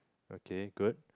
okay good